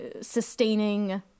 sustaining